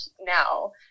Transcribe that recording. now